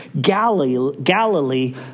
Galilee